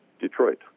Detroit